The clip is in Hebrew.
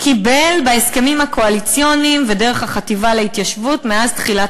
קיבל בהסכמים הקואליציוניים ודרך החטיבה להתיישבות מאז תחילת